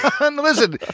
Listen